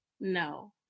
no